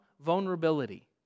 vulnerability